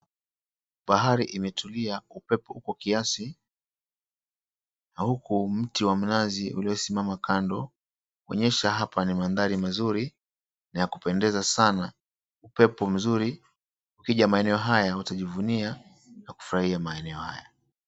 Bahari imetulia, upepo uko kiasi na huku mti wa mnazi uliosimama kando kuonyesha hapa ni mandhari mazuri na ya kupendeza sana. Upepo mzuri. Ukija maeneo haya utajivunia na kufurahia maeneo haya.